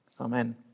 Amen